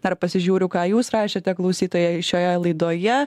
dar pasižiūriu ką jūs rašėte klausytojai šioje laidoje